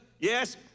yes